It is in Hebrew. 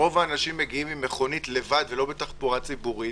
רוב האנשים מגיעים עם מכונית לבד ולא בתחבורה ציבורית.